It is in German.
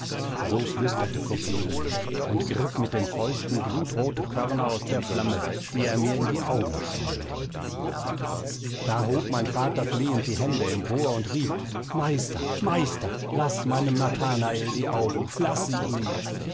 so flüsterte coppelius und griff mit den fäusten glutrote körner aus der flamme die er mir in die augen streuen wollte da hob mein vater flehend die hände empor und rief meister meister laß meinem nathanael die augen laß sie ihm